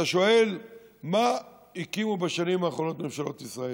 אתה שואל מה הקימו בשנים האחרונות ממשלות ישראל?